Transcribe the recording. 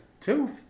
two